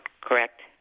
correct